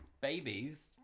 babies